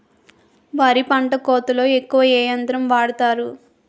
వరి పంట కోతలొ ఎక్కువ ఏ యంత్రం వాడతారు?